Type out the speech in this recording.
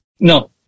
No